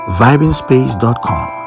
vibingspace.com